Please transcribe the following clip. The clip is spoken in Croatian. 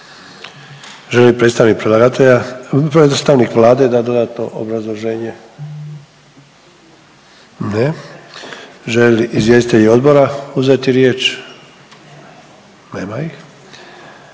predstavnik Vlade dat dodatno obrazloženje? Ne. Žele li izvjestitelji odbora uzeti riječ? Nema ih.